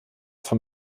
vom